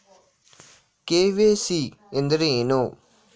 KYC ಎಂದರೇನು?